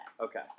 Okay